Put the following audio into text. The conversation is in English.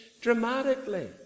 dramatically